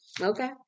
Okay